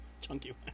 Chunky